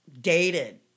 dated